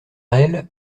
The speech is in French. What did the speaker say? elle